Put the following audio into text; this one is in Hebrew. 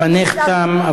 זמנך תם,